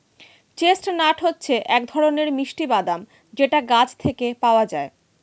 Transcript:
chestnut হচ্ছে এক ধরনের মিষ্টি বাদাম যেটা গাছ থেকে পাওয়া যায়